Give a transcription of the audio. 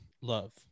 love